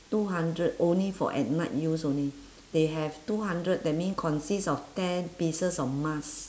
two hundred only for at night use only they have two hundred that mean consist of ten pieces of mask